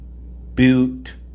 Boot